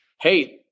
Hey